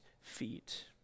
feet